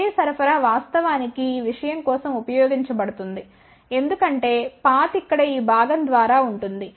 అదే సరఫరా వాస్తవానికి ఈ విషయం కోసం ఉపయోగించబడుతుంది ఎందుకంటే పాత్ ఇక్కడ ఈ భాగం ద్వారా ఉంటుంది